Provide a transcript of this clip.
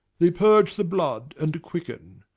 they purge the blood, and quicken,